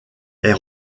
est